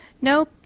Nope